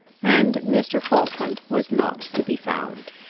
and mr. falkland was not to be found.